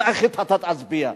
איך אתה תצביע?